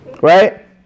Right